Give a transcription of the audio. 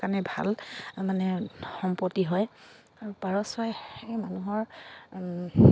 কাৰণে ভাল মানে সম্পত্তি হয় আৰু পাৰচৰাই মানুহৰ